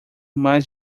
mais